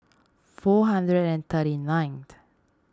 four hundred and thirty nineth